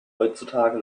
heutzutage